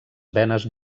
venes